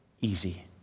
easy